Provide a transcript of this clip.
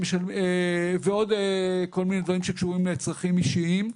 ועוד כל מיני דברים שקשורים לצרכים אישיים.